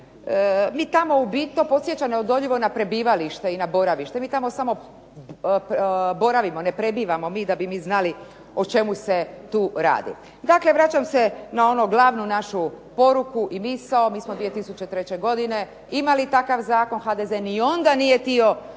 mi tamo u ... podsjeća neodoljivo na prebivalište i boravište, mi tamo samo boravimo, ne prebivamo da bi mi znali o čemu se tu radi. Dakle, vraćam se na onu glavnu našu poruku i misao. Mi smo 2003. godine imali takav zakon. HDZ ni onda nije htio